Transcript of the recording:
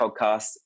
podcast